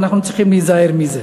ואנחנו צריכים להיזהר מזה.